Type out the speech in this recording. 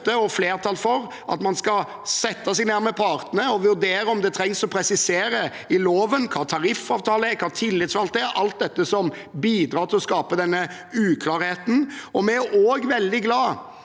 og flertall for at man skal sette seg ned med partene og vurdere om det trengs å presiseres i loven hva en tariffavtale er, hva tillitsvalgte er – alt dette som bidrar til å skape denne uklarheten. Vi er også veldig glad